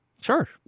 Sure